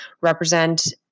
represent